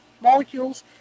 molecules